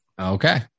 Okay